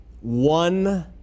one